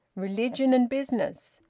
religion and business,